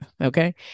okay